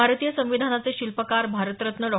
भारतीय संविधानाचे शिल्पकार भारतरत्न डॉ